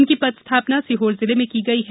उनकी पदस्थापना सीहोर जिले में की गई है